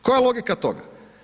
Koja je logika toga?